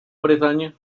bretaña